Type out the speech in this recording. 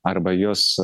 arba juos